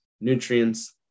nutrients